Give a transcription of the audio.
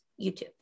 YouTube